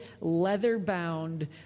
leather-bound